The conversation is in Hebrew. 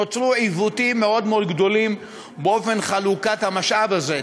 נוצרו עיוותים מאוד מאוד גדולים באופן חלוקת המשאב הזה,